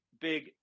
big